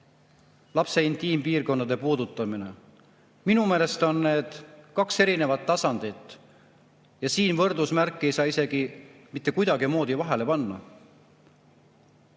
lapse intiimpiirkondade puudutamine. Minu meelest on need kaks erinevat tasandit ja siin võrdusmärki ei saa mitte kuidagimoodi vahele panna.